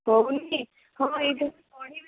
ହେଉନି ହଁ ହେଇଥିବ